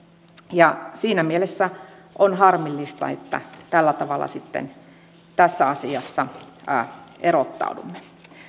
ja siinä mielessä on harmillista että tällä tavalla sitten tässä asiassa erottaudumme